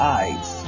eyes